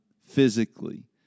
physically